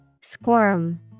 Squirm